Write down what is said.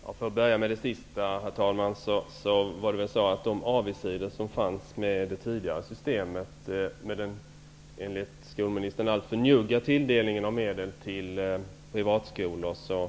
Herr talman! För att börja med det sista vill jag säga att de avigsidor som fanns i det tidigare systemet -- den enligt skolministern alltför njugga tilldelningen av medel till privatskolor --